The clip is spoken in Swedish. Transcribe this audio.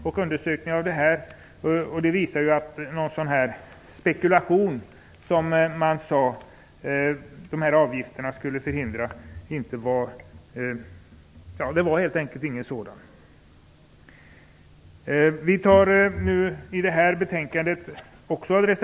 Det visar sig att det inte har förekommit någon sådan spekulation som man sade att avgiften skulle förhindra.